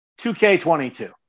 2K22